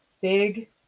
Big